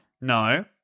No